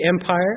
Empire